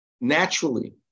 Naturally